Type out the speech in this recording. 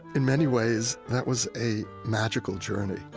in many ways, that was a magical journey.